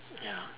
ya